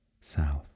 South